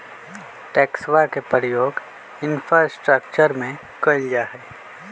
टैक्सवा के प्रयोग इंफ्रास्ट्रक्टर में कइल जाहई